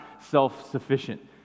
self-sufficient